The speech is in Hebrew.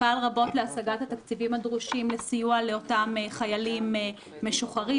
פעל רבות להשגת התקציבים הדרושים לסיוע לאותם חיילים משוחררים,